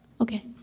okay